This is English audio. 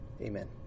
amen